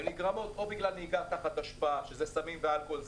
הן נגרמות או בגלל נהיגה תחת השפעה של סמים ואלכוהול,